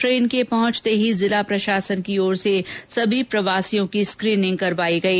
train के पहुंचते ही जिला प्रशासन की ओर से सभी प्रवासियों की विधिवत रूप से स्कीनिंग करवाई गई